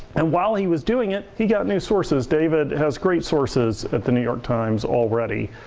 and while he was doing it, he got new sources. david has great sources at the new york times already,